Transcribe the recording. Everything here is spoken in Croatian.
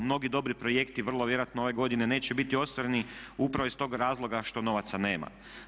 Mnogi dobri projekti vrlo vjerojatno ove godine neće biti ostvareni upravo iz tog razloga što novaca nema.